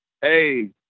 Hey